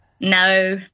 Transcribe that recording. No